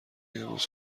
امروز